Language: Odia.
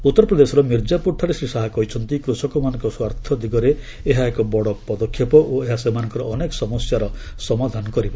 ଉତ୍ତର ପ୍ରଦେଶର ମିର୍ଜାପୁରଠାରେ ଶ୍ରୀ ଶାହା କହିଛନ୍ତି କୃଷକମାନଙ୍କ ସ୍ୱାର୍ଥ ଦିଗରେ ଏହା ଏକ ବଡ଼ ପଦକ୍ଷେପ ଓ ଏହା ସେମାନଙ୍କର ଅନେକ ସମସ୍ୟାର ସମାଧାନ କରିବ